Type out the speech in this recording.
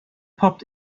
poppt